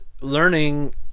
learning